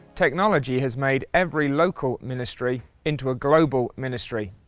technology has made every local ministry into a global ministry.